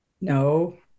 No